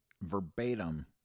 verbatim